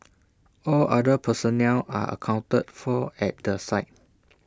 all other personnel are accounted for at the site